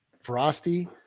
frosty